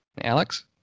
Alex